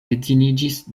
edziniĝis